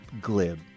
glib